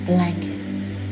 blanket